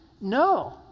No